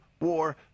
War